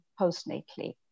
postnatally